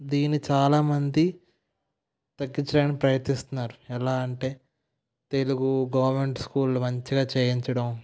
దీనిని చాలా మంది తగ్గించడానికి ప్రయత్నిస్తున్నారు ఎలా అంటే తెలుగు గవర్నమెంట్ స్కూళ్ళు మంచిగా చేయించడం